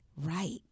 right